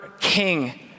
king